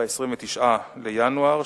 ב-29 בינואר,